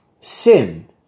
sin